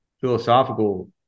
philosophical